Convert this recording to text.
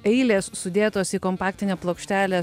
eilės sudėtos į kompaktinę plokštelę